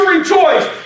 rejoice